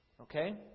Okay